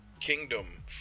Kingdom